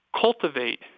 cultivate